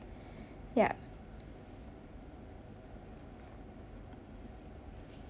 ya